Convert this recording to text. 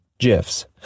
GIFs